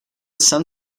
sun